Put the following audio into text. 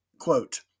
quote